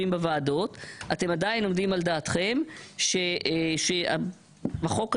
בוועדות אתם עדיין עומדים על דעתכם שהחוק הזה,